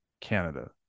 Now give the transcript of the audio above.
Canada